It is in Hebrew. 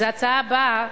זו ההצעה הבאה,